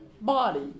body